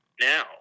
now